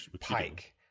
Pike